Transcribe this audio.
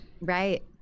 Right